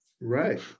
Right